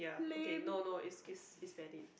okay no no is is is valid